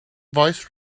voice